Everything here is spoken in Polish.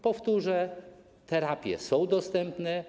Powtórzę, terapie są dostępne.